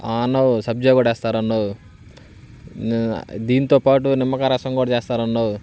అన్నో సబ్జా కూడా వేస్తారన్నో దీంతో పాటు నిమ్మకాయ రసం కూడా చేస్తారు అన్నో